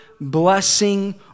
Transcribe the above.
blessing